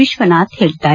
ವಿಶ್ವನಾಥ್ ಹೇಳಿದ್ದಾರೆ